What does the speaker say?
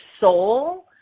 soul